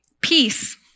Peace